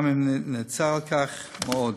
גם אם נצר על כך מאוד.